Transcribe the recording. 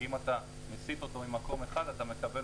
כי אם אתה מסיט אותו במקום אחד אתה מקבל